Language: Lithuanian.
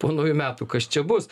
po naujų metų kas čia bus